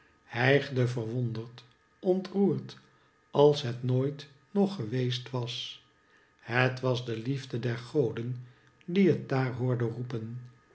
hijgde verwonderd ontroerd als het nooit nog geweest was het was de liefde der goden die het daar hoorde roepen